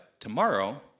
Tomorrow